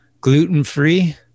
gluten-free